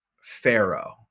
pharaoh